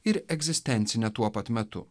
ir egzistencinę tuo pat metu